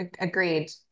agreed